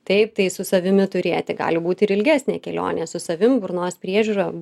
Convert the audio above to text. taip tai su savimi turėti gali būti ir ilgesnė kelionė su savim burnos priežiūra